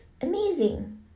amazing